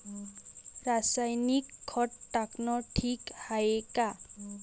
रासायनिक खत टाकनं ठीक हाये का?